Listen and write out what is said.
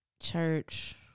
church